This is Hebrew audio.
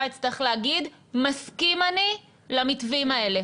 יצטרך להגיד: מסכים אני למתווים האלה.